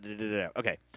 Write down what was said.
Okay